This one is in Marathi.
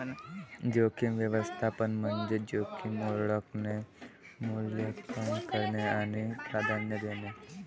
जोखीम व्यवस्थापन म्हणजे जोखीम ओळखणे, मूल्यांकन करणे आणि प्राधान्य देणे